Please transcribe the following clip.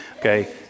Okay